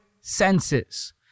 senses